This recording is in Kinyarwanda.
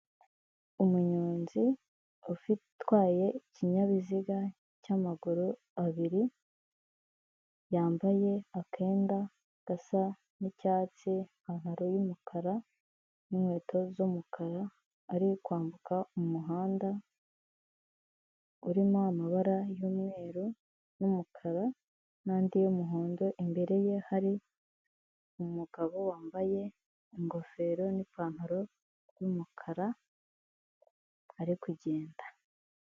Umunyonzi utwaye ikinyabiziga cy'amaguru abiri, yambaye akenda gasa n'icyatsi, ipantaro y'umukara n'inkweto z'umukara, ari kwambuka umuhanda urimo amabara y'umweru n'umukara n'andi y'umuhondo, imbere ye hari umugabo wambaye ingofero n'ipantaro y'umukara ari kugenda.